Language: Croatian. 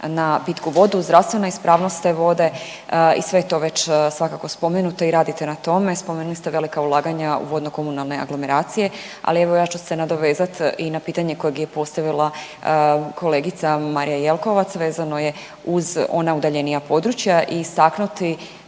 na pitku vodu, zdravstvena ispravnost te vode i sve to već svakako spomenuto i radite na tome. Spomenuli ste velika ulaganja u vodno-komunalne aglomeracije, ali evo, ja ću se nadovezat i na pitanje kojeg je postavila kolegica Marija Jelkovac, vezano je uz ona udaljenija područja i istaknuti,